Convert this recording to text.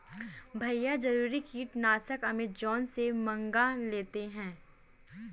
भैया जरूरी कीटनाशक अमेजॉन से मंगा लेते हैं